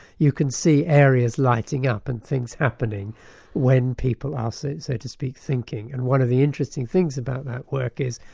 you can see areas lighting up and things happening when people are so so to speak, thinking, and one of the interesting things about that work is,